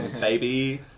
baby